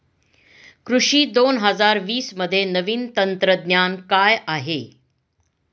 कृषी दोन हजार वीसमध्ये नवीन तंत्रज्ञान काय आहे?